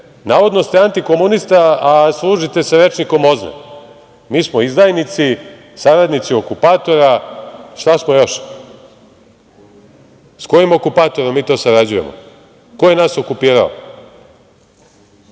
Navodno ste antikomunista, a služite se rečnikom OZNA-e. Mi smo izdajnici, saradnici okupatora. Šta smo još? Sa kojim okupatorom mi to sarađujemo? Ko je nas okupirao?